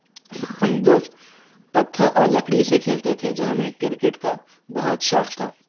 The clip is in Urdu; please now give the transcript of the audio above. ہم لوگ پتھر اور لکڑی سے کھیلتے تھے جو ہمیں کرکٹ کا بہت شوق تھا